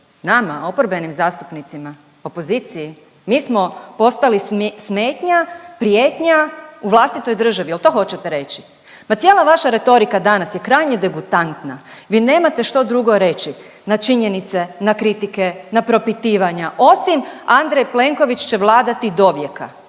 Nama, oporbenim zastupnicima, opoziciji? Mi smo postali smetnja, prijetnja u vlastitoj državi jel to hoćete reći? Pa cijela vaša retorika danas je krajnje degutantna, vi nemate što drugo reći na činjenice, na kritike, na propitivanja osim Andrej Plenković će vladati dovijeka.